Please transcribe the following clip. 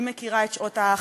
היא מכירה את שעות ההאכלה,